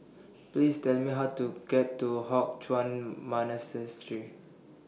Please Tell Me How to get to Hock Chuan